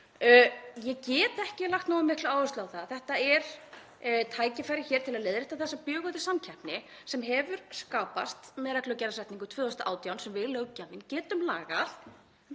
Ég get ekki lagt nógu mikla áherslu á að þetta er tækifæri til að leiðrétta þessa bjöguðu samkeppni sem hefur skapast með reglugerðarsetningu 2018 og sem við, löggjafinn, getum lagað.